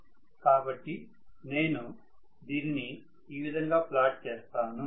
కాబట్టి నేను దీన్ని ఈ విధంగా ప్లాట్ చేస్తాను